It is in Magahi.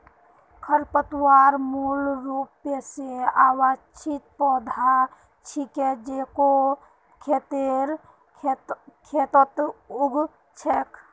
खरपतवार मूल रूप स अवांछित पौधा छिके जेको खेतेर खेतत उग छेक